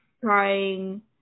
trying